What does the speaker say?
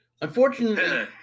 unfortunately